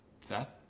Seth